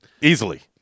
Easily